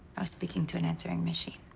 i was speaking to an answering machine.